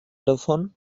davon